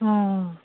آ آ